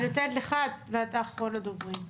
אני נותן לך ואתה אחרון הדוברים.